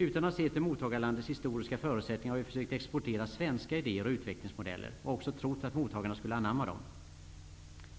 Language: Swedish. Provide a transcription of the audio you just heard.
Utan att se till mottagarlandets historiska förutsättningar har vi försökt exportera svenska idéer och utvecklingsmodeller och också trott att mottagarna skulle anamma dem.